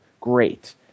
Great